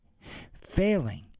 Failing